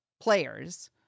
players